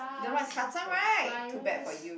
don't know what is custom right too bad for you